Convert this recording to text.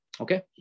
Okay